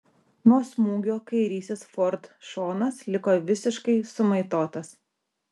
nuo smūgio kairysis ford šonas liko visiškai sumaitotas